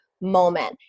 moment